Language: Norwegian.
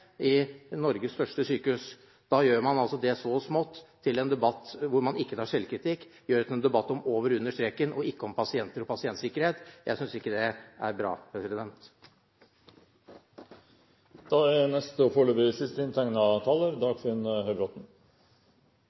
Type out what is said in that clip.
ved Norges største sykehus, gjør man det så smått, til en debatt hvor man ikke tar selvkritikk, gjør det til en debatt om over og under streken – ikke om pasienter og pasientsikkerhet. Jeg synes ikke det er bra. I den siste